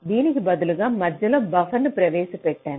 దీనికి బదులుగా మధ్యలో బఫర్ను ప్రవేశపెట్టాను